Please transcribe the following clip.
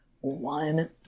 one